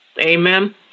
Amen